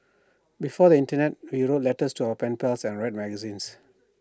before the Internet we wrote letters to our pen pals and read magazines